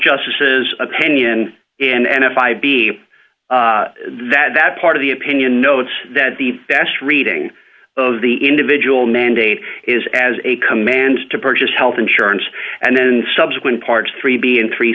justice's opinion and if i be that that part of the opinion notes that the best reading of the individual mandate is as a command to purchase health insurance and then subsequent parts three b and three